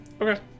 Okay